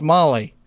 Molly